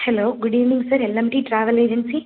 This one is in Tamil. hello good evening sir LMT travel agency